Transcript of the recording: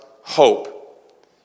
hope